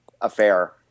affair